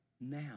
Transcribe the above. now